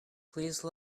please